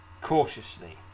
Cautiously